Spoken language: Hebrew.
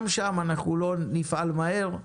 גם שם לא נפעל מהר.